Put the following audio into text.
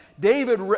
David